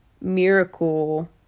miracle